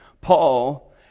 Paul